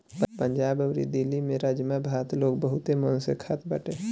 पंजाब अउरी दिल्ली में राजमा भात लोग बहुते मन से खात बाटे